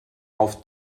auf